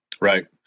Right